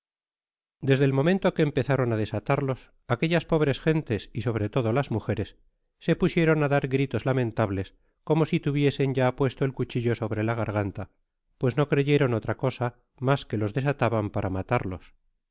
desde ei momento que empezaron á desatarlos aquellas pobres gentes y sobre todo las mujeres se pusieron é dar gritos lamentables como si tuviesen ya puesto cuchillo sobre la garganta pues no creyeron otra cosa mas que los desataban para matarlos